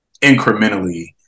incrementally